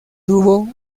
tuvo